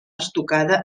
estucada